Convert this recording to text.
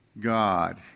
God